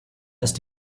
ist